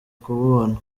kumubona